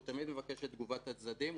הוא תמיד מבקש את תגובת הצדדים,